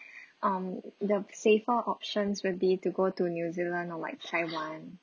um the safer options will be to go to new zealand or like taiwan